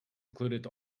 included